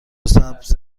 سبز